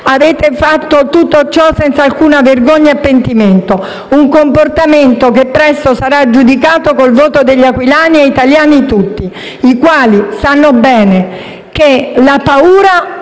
Avete fatto tutto ciò senza alcuna vergogna e pentimento: un comportamento che presto sarà giudicato col voto degli aquilani e degli italiani tutti, i quali sanno bene che la paura